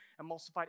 emulsified